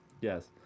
Yes